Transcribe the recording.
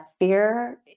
fear